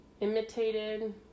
imitated